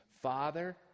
Father